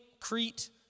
Crete